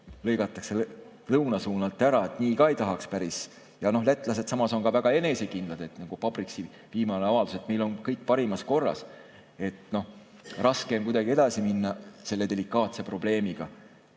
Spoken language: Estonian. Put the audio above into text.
lõigatakse lõunasuunalt ära, et nii ka ei tahaks päris. Lätlased samas on ka väga enesekindlad, nagu [näitab] Pabriksi viimane avaldus, et meil on kõik parimas korras. Raske on kuidagi edasi minna selle delikaatse probleemiga,